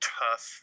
tough